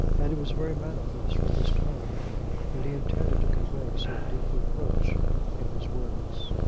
and it was very manifest from his tone that he intended to convey some deep reproach in his words.